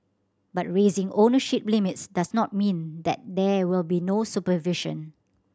but raising ownership limits does not mean that there will be no supervision